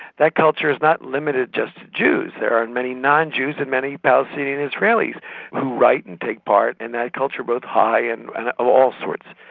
that culture is not limited just to jews. there are and many non-jews and many palestinian israelis who write and take part in that culture both high and and all sorts.